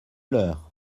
leur